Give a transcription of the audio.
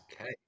Okay